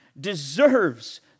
deserves